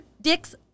dicks